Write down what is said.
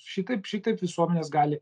šitaip šitaip visuomenės gali